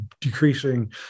decreasing